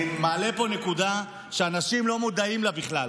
אני מעלה פה נקודה שאנשים לא מודעים לה בכלל.